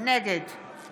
נגד